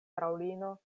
fraŭlino